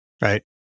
Right